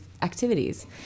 activities